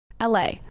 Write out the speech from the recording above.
LA